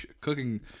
cooking